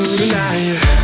tonight